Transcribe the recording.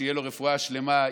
שתהיה לו רפואה שלמה,